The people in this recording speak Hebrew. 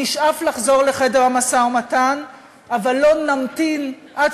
נשאף לחזור לחדר המשא-ומתן אבל לא נמתין עד